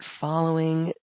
following